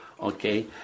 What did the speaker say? Okay